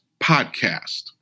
podcast